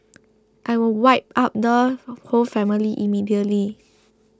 I will wipe out the whole family immediately